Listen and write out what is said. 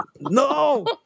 No